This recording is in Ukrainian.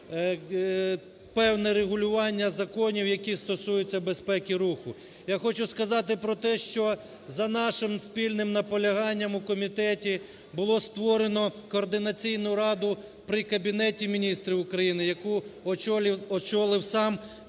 Я хочу сказати про те, що за нашим спільним наполяганням у комітеті було створено координаційну раду при Кабінеті Міністрів України, яку очолив сам